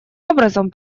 образом